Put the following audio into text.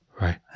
right